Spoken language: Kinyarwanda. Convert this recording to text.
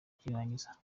cy’irangiza